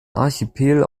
archipel